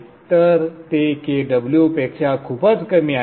तर ते Kw पेक्षा खूपच कमी आहे